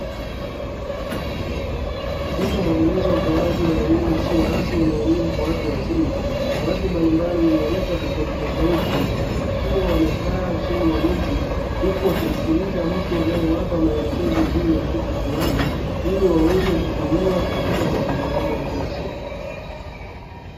Katika muendelezo wa utoaji wa elimu isiyo rasmi na elimu kwa watu wazima; watu mbalimbali wenye rika tofautitofauti, wakiwa wamekaa chini ya miti huku wakimsikiliza mtu anayewapa maelekezo juu ya kitu fulani, ili waweze kukitumia katika mazingira yao ya kila siku.